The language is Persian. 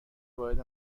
وارد